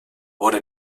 wurde